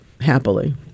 happily